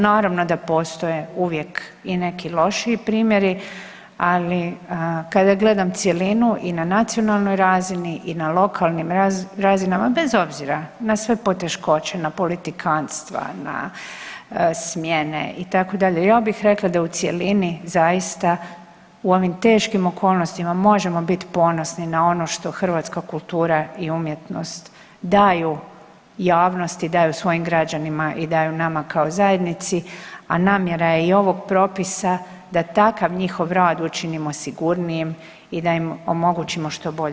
Naravno da postoje uvijek i neki lošiji primjeri, ali kada gledam cjelinu i na nacionalnoj razini i na lokalnim razinama, bez obzira na sve poteškoće, na politikantstva, na smjene, itd., ka bih rekla da je u cjelini zaista u ovim teškim okolnostima možemo biti ponosni na ono što hrvatska kultura i umjetnost daju javnosti, daju svojim građanima i daju nama kao zajednici, a namjera je i ovog propisa da takav njihov rad učinimo sigurnijim i da im omogućimo što bolje uvjete.